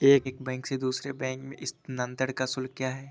एक बैंक से दूसरे बैंक में स्थानांतरण का शुल्क क्या है?